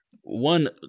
One